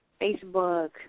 Facebook